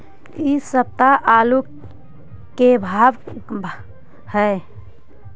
इ सप्ताह आलू के का भाव है?